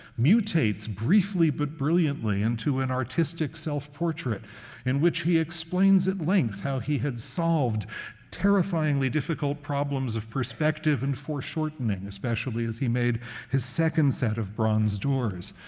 mutates briefly but brilliantly into an artistic self-portrait in which he explains at length how he had solved terrifyingly difficult problems of perspective and foreshortening, especially as he made his second set of bronze doors.